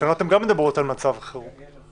התקנות גם מדברות על מצב חירום.